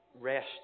rest